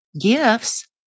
gifts